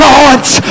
God's